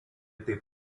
taip